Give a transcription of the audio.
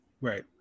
Right